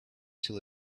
till